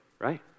right